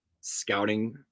scouting